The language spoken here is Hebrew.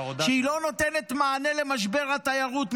שהיא לא נותנת מענה למשבר התיירות.